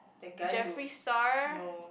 Jeffery-Star